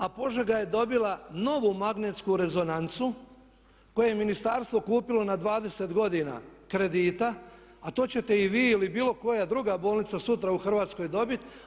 A Požega je dobila novu magnetsku rezonancu koju je ministarstvo kupilo na 20 godina kredita, a to ćete i vi ili bilo koja druga bolnica sutra u Hrvatskoj dobiti.